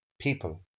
People